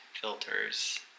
filters